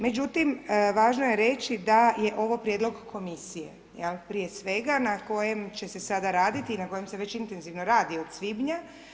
Međutim, važno je reći da je ovo prijedlog komisije, prije svega na kojem će se sada raditi i na kojem se već intenzivno radi od svibnja.